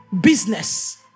business